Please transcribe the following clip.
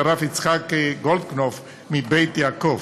והרב יצחק גולדקנופף מבית-יעקב,